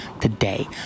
today